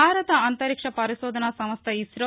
భారత అంతరిక్ష పరిశోదన సంస్థ ఇసో